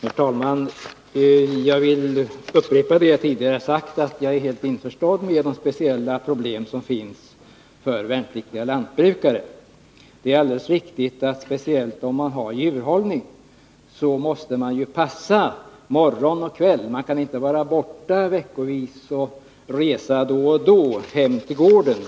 Herr talman! Jag vill upprepa vad jag tidigare sade, att jag är helt införstådd med de speciella problem som finns för värnpliktiga lantbrukare, särskilt om man har djur som ju måste passas morgon och kväll. Man kan inte vara borta veckovis och då och då resa hem till gården.